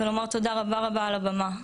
ולומד תודה רבה רבה על הבמה.